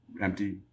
empty